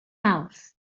mawrth